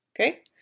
Okay